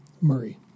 Murray